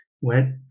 went